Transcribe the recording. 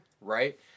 Right